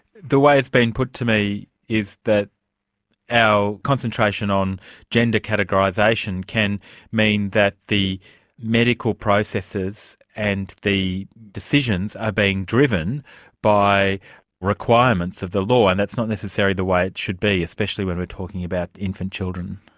the way it's been put to me is that our concentration on gender categorisation can mean that the medical processes and the decisions are being driven by requirements of the law, and that's not necessarily the way it should be, especially when we're talking about infant children.